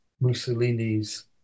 Mussolini's